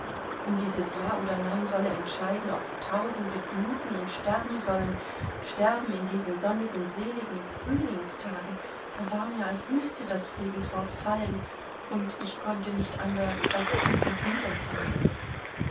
und dieses ja oder nein solle entscheiden ob tausende bluten und sterben sollen sterben in diesen sonnigen seligen frühlingstagen da war mir als müßte das friedenswort fallen und ich konnte nicht anders als betend niederknieen